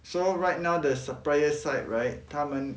so right now the supplier side right 他们